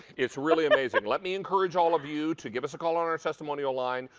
it's really amazing. let me encourage all of you to give us a call on the testimonial line.